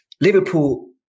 Liverpool